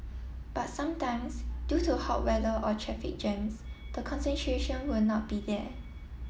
but sometimes due to hot weather or traffic jams the concentration will not be there